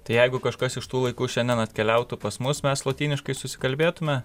tai jeigu kažkas iš tų laikų šiandien atkeliautų pas mus mes lotyniškai susikalbėtume